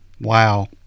wow